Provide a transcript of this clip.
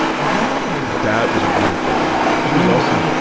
oh dad was a great fucking movie. she was awesome.